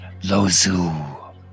Lozu